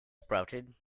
sprouted